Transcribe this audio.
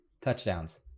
touchdowns